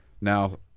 now